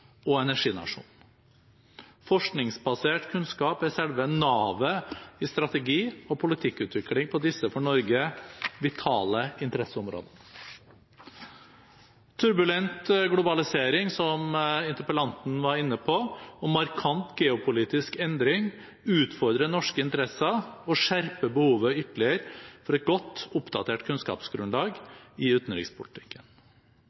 og energinasjon. Forskningsbasert kunnskap er selve navet i strategi- og politikkutvikling på disse vitale interesseområdene for Norge. Turbulent globalisering, som interpellanten var inne på, og markant geopolitisk endring utfordrer norske interesser og skjerper behovet ytterligere for et godt oppdatert